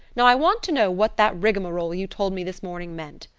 now i want to know what that rigmarole you told me this morning meant.